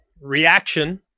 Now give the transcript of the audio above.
reaction